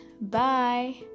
Bye